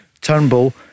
Turnbull